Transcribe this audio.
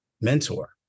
mentor